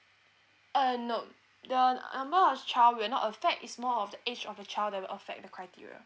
uh no the number of child will not affect is more of the age of the child that will affect the criteria